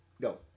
Go